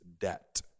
debt